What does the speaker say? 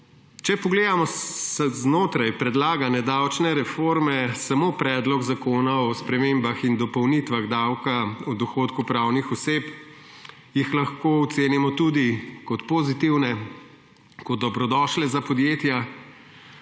Če pogledamo znotraj predlagane davčne reforme samo Predlog zakona o spremembah in dopolnitvah Zakona o davku od dohodkov pravnih oseb, jih lahko ocenimo tudi kot pozitivne, kot dobrodošle za podjetja,